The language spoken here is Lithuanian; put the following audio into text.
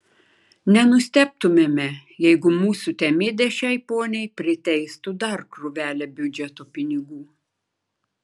nenustebtumėme jeigu mūsų temidė šiai poniai priteistų dar krūvelę biudžeto pinigų